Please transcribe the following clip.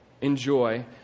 enjoy